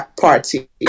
party